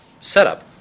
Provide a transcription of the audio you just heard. setup